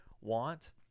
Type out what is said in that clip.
want